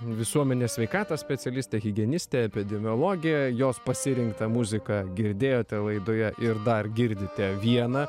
visuomenės sveikatos specialistė higienistė epidemiologė jos pasirinktą muziką girdėjote laidoje ir dar girdite vieną